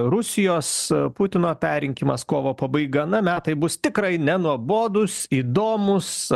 rusijos putino perrinkimas kovo pabaiga na metai bus tikrai nenuobodūs įdomūs